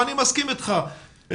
ואני מסכים איתך,